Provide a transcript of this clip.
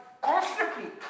constantly